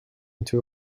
into